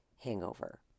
hangover